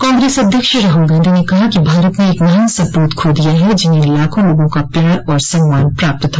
कांग्रेस अध्यक्ष राहुल गांधी ने कहा कि भारत ने एक महान सपूत खो दिया है जिन्हें लाखों लोगों का प्यार और सम्मान प्राप्त था